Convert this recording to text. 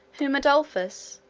whom adolphus,